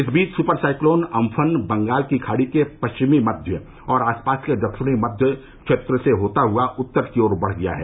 इस बीच super cyclone Amphan Bengal की खाड़ी के पश्चिमी मध्य और आसपास के दक्षिणी मध्य क्षेत्र से होता हुआ उत्तर की ओर बढ़ गया है